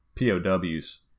POWs